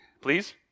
Please